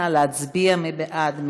נא להצביע, מי בעד?